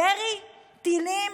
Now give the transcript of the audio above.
ירי טילים?